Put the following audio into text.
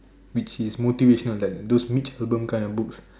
which is motivational that those mix urban kind of books